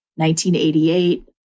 1988